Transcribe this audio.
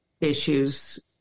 issues